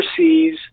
overseas